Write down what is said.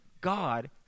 God